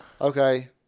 Okay